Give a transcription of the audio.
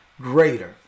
Greater